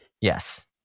yes